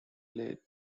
late